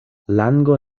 lango